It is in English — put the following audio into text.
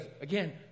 again